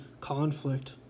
conflict